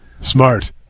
smart